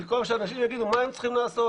במקום שאנשים יגידו מה הם צריכים לעשות.